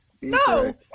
No